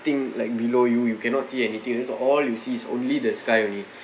like below you you cannot see anything all you see is only the sky only